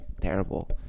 terrible